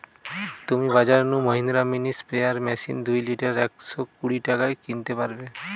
তুমি বাজর নু মহিন্দ্রা মিনি স্প্রেয়ার মেশিন দুই লিটার একশ কুড়ি টাকায় কিনতে পারবে